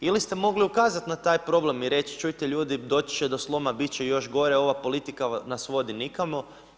Ili ste mogli ukazati na taj problem i reći čujte ljudi, doći će do sloma, biti će još gore, ova politika nas vodi nikamo.